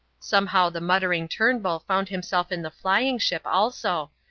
somehow the muttering turnbull found himself in the flying ship also,